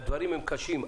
והדברים קשים.